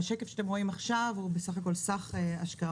השקף שאתם רואים עכשיו הוא בסך הכול סך ההשקעות,